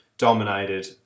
dominated